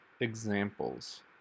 examples